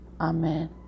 Amen